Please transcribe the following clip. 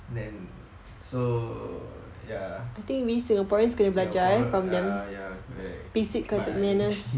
then so ya singapore err ya correct